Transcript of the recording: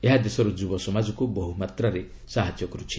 ଏହା ଦେଶର ଯୁବ ସମାଜକୁ ବହୁମାତ୍ରାରେ ସାହାଯ୍ୟ କରିଛି